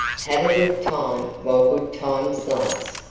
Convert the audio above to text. have a good time while good times last.